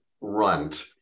runt